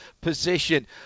position